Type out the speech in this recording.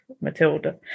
Matilda